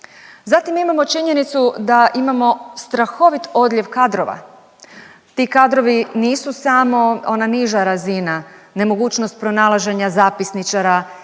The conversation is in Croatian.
Zatim imamo činjenicu da imamo strahovit odlijev kadrova. Ti kadrovi nisu samo ona niža razina nemogućnost pronalaženja zapisničara